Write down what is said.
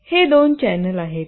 आणि हे दोन चॅनेल आहेत